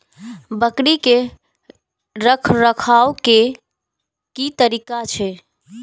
बकरी के रखरखाव के कि तरीका छै?